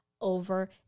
over